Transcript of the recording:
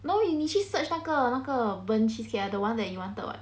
no wait 你去 search 那个那个 burnt cheesecake the one that you wanted [what]